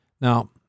Now